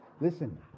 listen